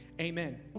Amen